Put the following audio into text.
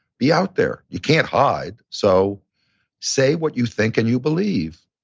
be out there. you can't hide. so say what you think and you believe.